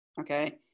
okay